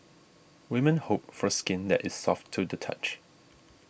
women hope for skin that is soft to the touch